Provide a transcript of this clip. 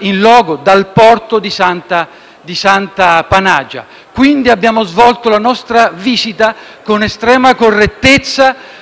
*in* *loco* dal porto di Santa Panagia. Abbiamo svolto la nostra visita con estrema correttezza